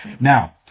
Now